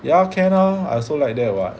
ya can ah I also like that [what]